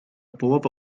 połowa